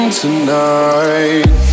tonight